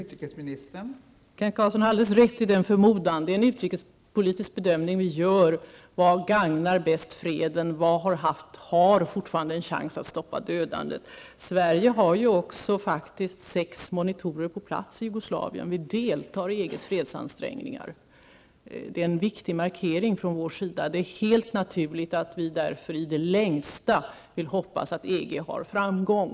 Fru talman! Kent Carlsson har helt rätt i den förmodan. Det är en utrikespolitisk bedömning som vi gör: Vad gagnar bäst freden? Vad har fortfarande en chans att stoppa dödandet? Sverige har också sex ''Monitorer'' på plats i Jugoslavien, och vi deltar i EGs fredsansträngningar. Det är en viktig markering från vår sida. Det är helt naturligt att vi därför i det längsta hoppas att EG har framgång.